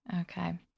Okay